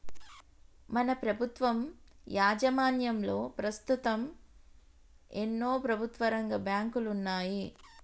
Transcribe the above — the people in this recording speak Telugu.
మన ప్రభుత్వం యాజమాన్యంలో పస్తుతం ఎన్నో ప్రభుత్వరంగ బాంకులున్నాయి